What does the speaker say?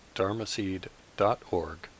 dharmaseed.org